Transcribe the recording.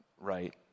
right